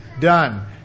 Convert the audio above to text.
Done